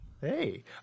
Hey